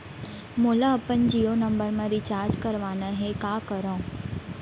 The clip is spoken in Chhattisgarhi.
मोला अपन जियो नंबर म रिचार्ज करवाना हे, का करव?